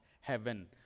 heaven